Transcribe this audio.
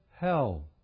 hell